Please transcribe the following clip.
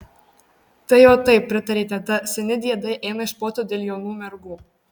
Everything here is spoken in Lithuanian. tai jau taip pritarė teta seni diedai eina iš proto dėl jaunų mergų